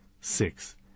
Six